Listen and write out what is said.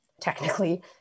technically